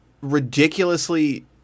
ridiculously